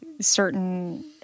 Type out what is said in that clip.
Certain